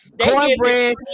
Cornbread